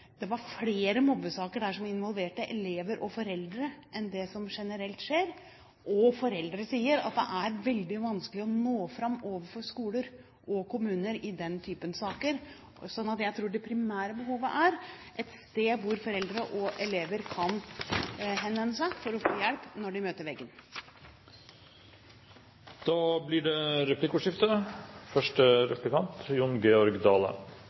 Det var flere mobbesaker der enn det som generelt er tilfellet – saker som involverte elever og foreldre. Foreldre sier at det er veldig vanskelig å nå fram overfor skoler og kommuner i den type saker, så jeg tror det primære behovet er et sted hvor foreldre og elever kan henvende seg for å få hjelp når de møter veggen. Det blir replikkordskifte.